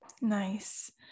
Nice